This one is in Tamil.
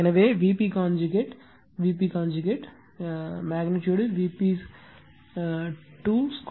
எனவே Vp Vp conjugate magnitude Vp2 2